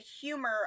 humor